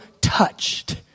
touched